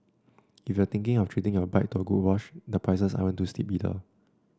if you're thinking of treating your bike to a good wash the prices aren't too steep either